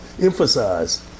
emphasize